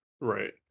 right